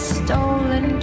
stolen